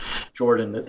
jordan.